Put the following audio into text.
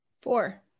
Four